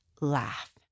laugh